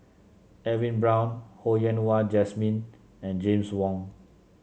Edwin Brown Ho Yen Wah Jesmine and James Wong